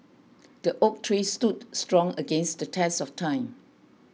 the oak tree stood strong against the test of time